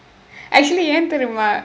actually ஏன் தெரியுமா:aen theriyumaa